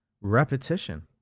Repetition